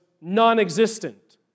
non-existent